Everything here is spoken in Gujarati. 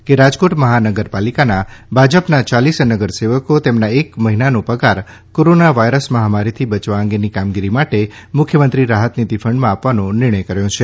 કે રાજકોટ મહાનગરપાલીકાના ભાજપનાં ચાલીસ નગરસેવકો તેમના એક મહિનાનો પગાર કોરોના વાયરસ મહામારીથી બચવા અંગેની કામગીરી માટે મુખ્યમંત્રી રાહતનિધી ફંડમાં આપવાનો નિર્ણય કર્યો છે